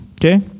Okay